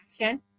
action